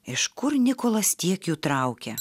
iš kur nikolas tiek jų traukia